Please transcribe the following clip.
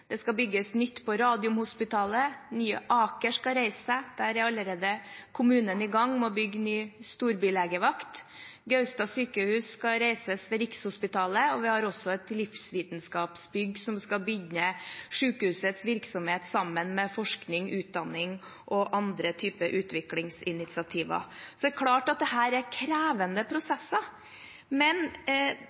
Det skal bygges nytt på Radiumhospitalet. Nye Aker skal reise seg. Der er allerede kommunen i gang med å bygge ny storbylegevakt. Gaustad sykehus skal reises ved Rikshospitalet, og vi har også Livsvitenskapsbygget, som skal binde sykehusets virksomhet sammen med forskning, utdanning og andre typer utviklingsinitiativer. Så det er klart at dette er krevende prosesser, men